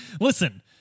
listen